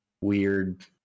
weird